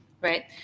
right